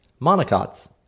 monocots